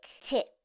tip